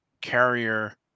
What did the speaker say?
carrier